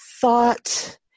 thought